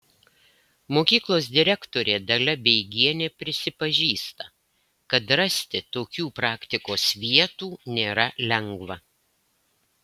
mokyklos direktorė dalia beigienė prisipažįsta kad rasti tokių praktikos vietų nėra lengva